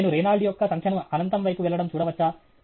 నేను రేనాల్డ్ యొక్క సంఖ్యను అనంతం వైపు వెళ్లడం చూడవచ్చా